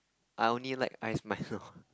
I only like ice milo